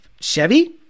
Chevy